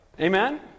Amen